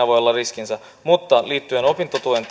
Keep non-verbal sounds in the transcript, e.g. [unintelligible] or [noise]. [unintelligible] voi olla riskinsä mutta liittyen opintotuen [unintelligible]